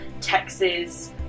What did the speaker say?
Texas